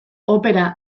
opera